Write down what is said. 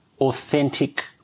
authentic